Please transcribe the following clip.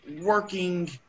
working